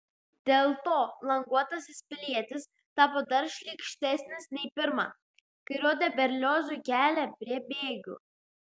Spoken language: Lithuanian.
dėl to languotasis pilietis tapo dar šlykštesnis nei pirma kai rodė berliozui kelią prie bėgių